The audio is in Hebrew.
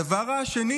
הדבר השני